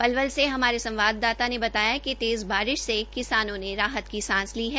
पलवल से हमारे सवाददाता ने बताया कि तेज़ बारिश से किसानों ने राहत की सांस ली है